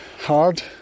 hard